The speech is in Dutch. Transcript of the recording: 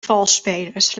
valsspelers